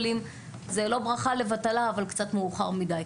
זו לא ברכה לבטלה אבל זה קצת מאוחר מדי.